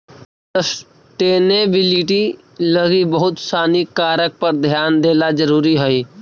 sustainability लगी बहुत सानी कारक पर ध्यान देला जरुरी हई